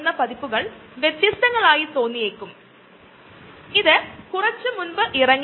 ഈ അളവ് നമ്മൾ ഹൈബ്രിഡൊമസിനു വേണ്ടി ചെറിയ പാത്രത്തിൽ ഉണ്ടാക്കുക ആണെകിൽ തുടക്കത്തിൽ കുറച്ചു മാത്രം ആകും